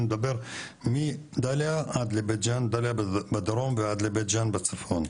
מדבר מדלייה בדרום ועד לבית ג'אן בצפון.